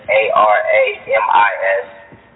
A-R-A-M-I-S